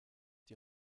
die